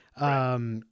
Right